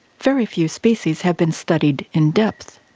very few species have been studied in depth,